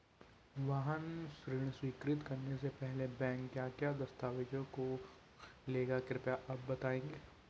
वाहन ऋण स्वीकृति करने से पहले बैंक क्या क्या दस्तावेज़ों को लेगा कृपया आप बताएँगे?